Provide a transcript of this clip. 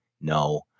no